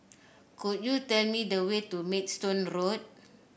could you tell me the way to Maidstone Road